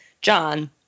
John